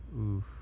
Oof